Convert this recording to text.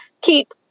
keep